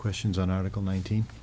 questions on article nineteen